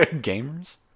Gamers